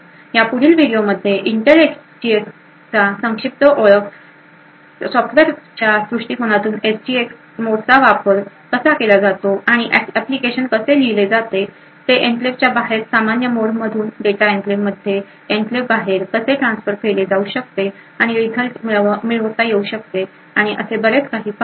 या पुढील व्हिडिओमध्ये इंटेल एसजीएक्सचा संक्षिप्त ओळख सॉफ्टवेअरच्या दृष्टीकोनातून एसजीएक्स मोडचा वापर कसा केला जातो आणि ऍप्लिकेशन कसे लिहिले जातात ते एन्क्लेव्हच्या बाहेर सामान्य मोडमधून डेटा एन्क्लेव्हमध्ये एन्क्लेव्हबाहेर कसे ट्रान्सफर केले जाऊ शकते आणि रिझल्ट मिळवता येऊ शकते आणि बरेच पाहू